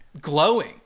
glowing